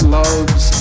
loves